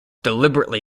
deliberately